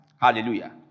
Hallelujah